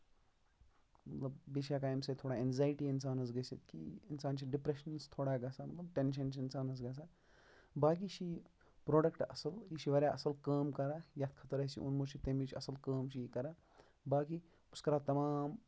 مطلب بیٚیہِ چھِ ہیٚکان اَمہِ سۭتۍ تھوڑا اینزیٹی اِنسانس گٔژھِتھ کہِ اِنسان چھُ ڈِپریشنَس تھوڑا گژھان مطلب ٹینشن چھُ اِنسانس گژھان باقٕے چھِ یہِ پروڈکٹ اَصٕل یہِ چھُ واریاہ اَصٕل کٲم کران یَتھ خٲطرٕ اَسہِ انمُت چھُ یہِ تَمِچ اَصٕل کٲم چھُ یہِ کران باقٕے بہٕ چھُس کران تَمام